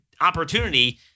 opportunity